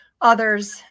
others